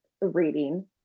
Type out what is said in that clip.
reading